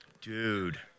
Dude